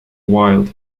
wild